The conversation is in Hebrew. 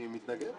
אני מתנגד.